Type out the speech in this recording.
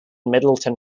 middleton